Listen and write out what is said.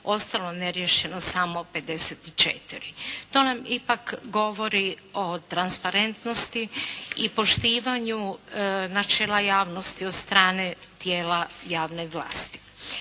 ostalo neriješeno samo 54. To nam ipak govori o transparentnosti i poštivanju načela javnosti od strane tijela javne vlasti.